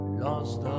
lost